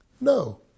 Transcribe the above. No